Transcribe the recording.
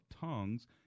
tongues